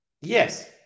Yes